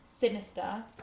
sinister